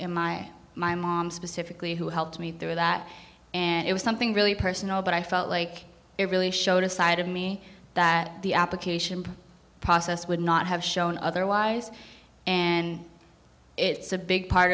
my specifically who helped me through that and it was something really personal but i felt like it really showed a side of me that the application process would not have shown otherwise and it's a big part